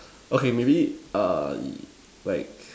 okay maybe err like